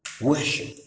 worship